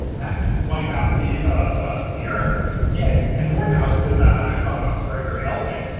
that could wipe out the the earth yet and nordhaus that that i thought that was very very elegant